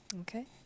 Okay